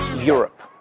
Europe